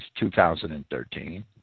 2013